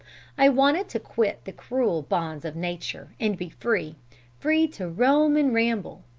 i wanted to quit the cruel bonds of nature and be free free to roam and ramble.